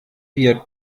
wir